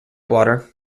water